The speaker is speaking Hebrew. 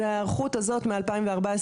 והיערכות הזו מ-2014,